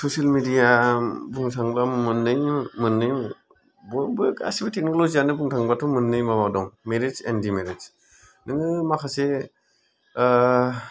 social media बुंनो थाङोब्ला मोननै बयबो गासिबो टेकनलजि यानो बुंनो थाङोबाथ' मोननै माबा दं मेरिटस एन्ड डिमेरिटस नोङो माखासे